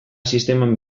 sisteman